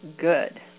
good